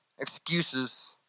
excuses